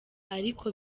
ariko